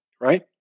right